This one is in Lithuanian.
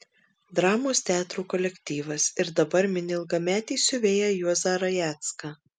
dramos teatro kolektyvas ir dabar mini ilgametį siuvėją juozą rajecką